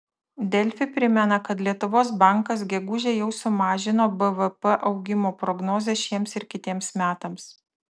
delfi primena kad lietuvos bankas gegužę jau sumažino bvp augimo prognozę šiems ir kitiems metams